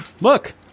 Look